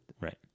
Right